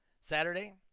saturday